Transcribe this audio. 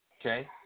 Okay